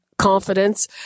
confidence